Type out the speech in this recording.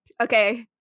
Okay